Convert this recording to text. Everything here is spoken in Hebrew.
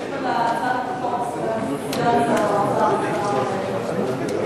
ישיב על הצעת החוק סגן שר האוצר, השר יצחק כהן.